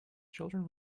children